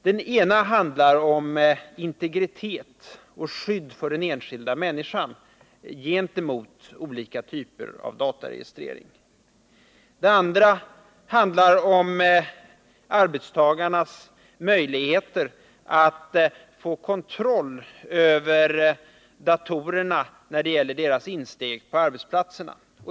Det första rör integriteten och skyddet för den enskilda människan gentemot dataregistrering. Det andra handlar om arbetstagarnas möjligheter att få kontroll över datorernas insteg på arbetsplatserna.